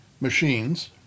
machines